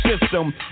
system